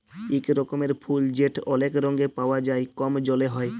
ইক রকমের ফুল যেট অলেক রঙে পাউয়া যায় কম জলে হ্যয়